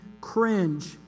cringe